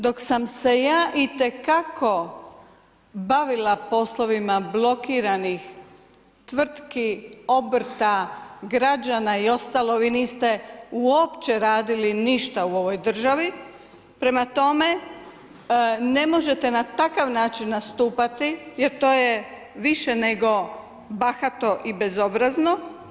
Dok sam se ja itekako bavila poslovima blokiranih tvrtki, obrta, građana i ostalo, vi niste uopće radili ništa u ovoj državi, prema tome, ne možete na takav način nastupati, jer to je više nego bahato i bezobrazno.